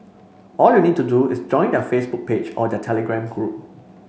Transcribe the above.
all you need to do is join their Facebook page or their Telegram group